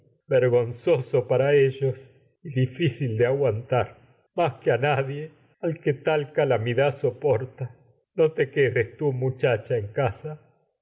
vergonzoso para ellos y difícil a de aguantar más que nadie al que tal calamidad soporta no te quedes tú muchacha en casa